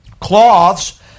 cloths